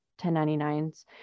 1099s